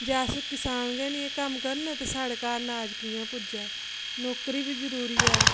जे अस कसान गै नी एह् कम्म करन ते स्हाड़े घर अनाज कियां पुज्जै नौकरी बी जरूरी ऐ